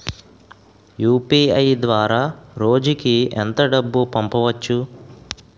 UPI ద్వారా రోజుకి ఎంత డబ్బు పంపవచ్చు?